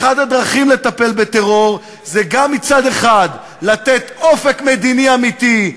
אחת הדרכים לטפל בטרור היא מהצד האחד לתת אופק מדיני אמיתי,